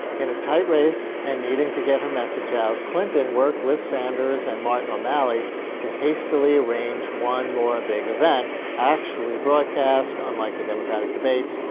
in a tight race and needing to get her message out, clinton worked with sanders and martin o'malley to hastily arrange one more big event actually broadcast, unlike the democratic debates,